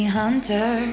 hunter